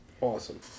Awesome